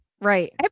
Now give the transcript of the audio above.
right